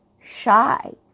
shy